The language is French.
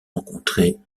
rencontré